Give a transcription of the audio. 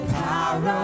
power